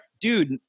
dude